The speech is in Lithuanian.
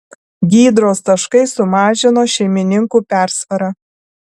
gydros taškai sumažino šeimininkų persvarą